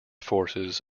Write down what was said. forces